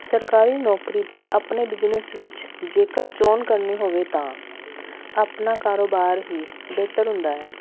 ਸਰਕਾਰੀ ਨੌਕਰੀ ਅਤੇ ਆਪਣੇ ਬਿਜਨਸ ਵਿੱਚ ਜੇਕਰ ਚੋਣ ਕਰਨੀ ਹੋਵੇ ਤਾਂ ਆਪਣਾ ਕਾਰੋਬਾਰ ਹੀ ਬਿਹਤਰ ਹੁੰਦਾ ਹੈ